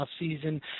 offseason